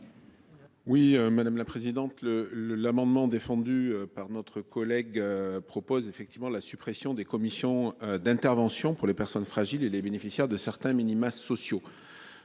Oui madame la présidente. Le le l'amendement défendu par notre collègue propose effectivement la suppression des commissions d'intervention pour les personnes fragiles et les bénéficiaires de certains minima sociaux.